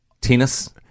Tennis